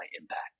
impact